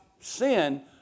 sin